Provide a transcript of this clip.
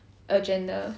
agenda